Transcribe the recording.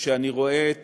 כשאני רואה את